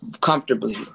comfortably